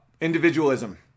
individualism